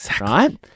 right